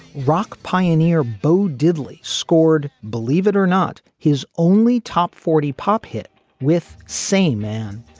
rock pioneer bo diddley scored. believe it or not, his only top forty pop hit with same man,